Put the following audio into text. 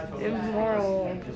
Immoral